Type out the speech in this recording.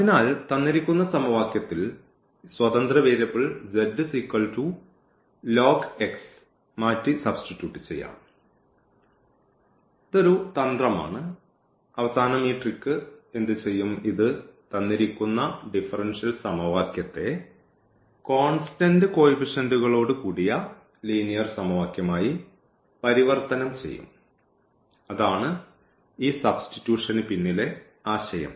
അതിനാൽ തന്നിരിക്കുന്ന സമവാക്യത്തിൽ ഈ സ്വതന്ത്ര വേരിയബിൾ z ln x മാറ്റി സബ്സ്റ്റിറ്റ്യൂട്ട് ചെയ്യും അതൊരു തന്ത്രമാണ് അവസാനം ഈ ട്രിക്ക് എന്തു ചെയ്യും ഇത് തന്നിരിക്കുന്ന ഡിഫറൻഷ്യൽ സമവാക്യത്തെ കോൺസ്റ്റന്റ് കോയിഫിഷ്യൻറുകളോട് കൂടിയ ലീനിയർ സമവാക്യമായി പരിവർത്തനം ചെയ്യും അതാണ് ഈ സബ്സ്റ്റിട്യൂഷന് പിന്നിലെ ആശയം